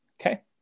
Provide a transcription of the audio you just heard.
Okay